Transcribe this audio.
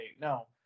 No